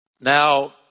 Now